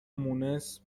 مونس